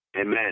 Amen